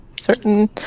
certain